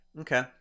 Okay